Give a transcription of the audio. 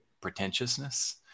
pretentiousness